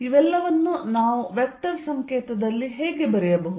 ಇವೆಲ್ಲವನ್ನೂ ನಾವು ವೆಕ್ಟರ್ ಸಂಕೇತದಲ್ಲಿ ಹೇಗೆ ಬರೆಯಬಹುದು